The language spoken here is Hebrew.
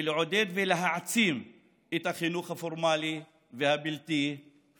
לעודד ולהעצים את החינוך הפורמלי והבלתי-פורמלי.